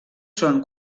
són